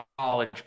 college